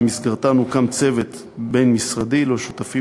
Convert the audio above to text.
ובמסגרתן הוקם צוות בין-משרדי ששותפים